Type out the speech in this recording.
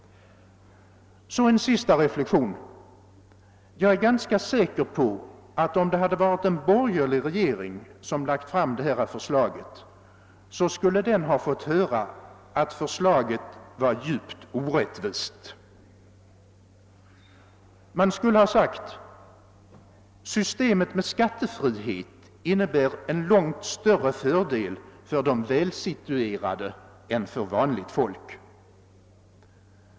Så en sista reflexion. Jag är ganska säker på att om en borgerlig regering hade lagt fram detta förslag, så skulle den ha fått höra att förslaget var djupt orättvist. Det skulle då ha anförts att systemet med skattefrihet innebär cen långt större fördel för de välsituerade än för vanligt folk.